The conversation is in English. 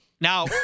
Now